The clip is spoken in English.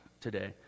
today